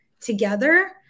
together